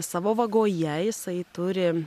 savo vagoje jisai turi